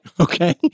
Okay